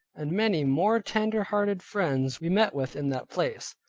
and many more tender-hearted friends we met with in that place.